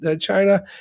China